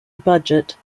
budget